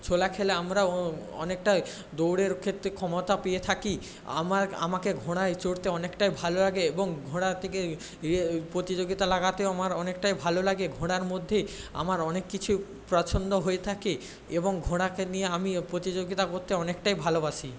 ছোলা খেলে আমরাও অনেকটাই দৌড়ের ক্ষেত্রে ক্ষমতা পেয়ে থাকি আমাক আমাকে ঘোড়ায় চড়তে অনেকটাই ভালো লাগে এবং ঘোড়া থেকে ইয়ে প্রতিযোগিতা লাগাতেও আমার অনেকটাই ভালো লাগে ঘোড়ার মধ্যে আমার অনেক কিছু পছন্দ হয়ে থাকে এবং ঘোড়াকে নিয়ে আমি প্রতিযোগিতা করতে অনেকটাই ভালোবাসি